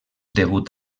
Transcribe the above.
degut